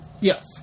yes